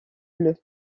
bleu